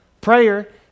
prayer